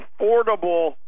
affordable